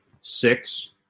six